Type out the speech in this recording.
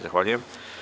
Zahvaljujem.